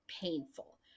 painful